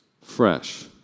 fresh